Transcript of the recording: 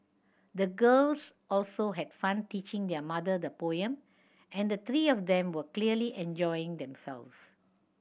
the girls also had fun teaching their mother the poem and the three of them were clearly enjoying themselves